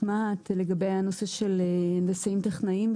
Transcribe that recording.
מה"ט לגבי הנושא של הנדסאים טכנאים?